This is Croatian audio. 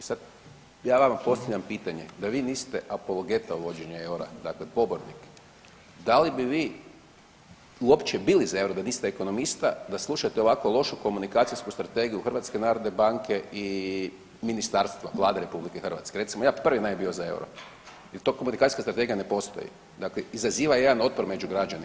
I sad ja vama postavljam pitanje, da vi niste apologeta uvođenja eura, dakle pobornik, da li bi vi uopće bili za euro da niste ekonomista da slušate ovako lošu komunikacijsku strategiju HNB-a i ministarstva, Vlade RH, recimo ja prvi ne bi bio za euro jel tu komunikacijska strategija ne postoji, dakle izaziva jedan otpor među građanima.